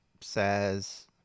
says